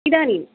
इदानीम्